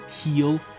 heal